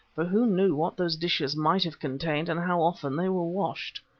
for who knew what those dishes might have contained and how often they were washed.